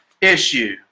issue